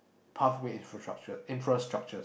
pathway infrastructure infrastructures